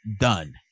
done